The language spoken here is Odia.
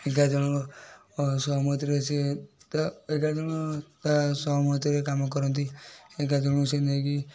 ଏଗାର ଜଣଙ୍କ ସହମତିରେ ସିଏ ତ ଏଗାର ଜଣ ତା ସହମତିରେ କାମ କରନ୍ତି ଏଗାର ଜଣଙ୍କୁ ସିଏ ନେଇକି